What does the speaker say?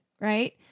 right